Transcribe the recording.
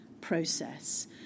process